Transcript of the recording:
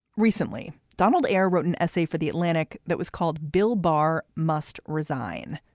recently, donald eyre wrote an essay for the atlantic that was called bill bar must resign.